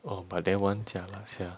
orh but that one jialat sia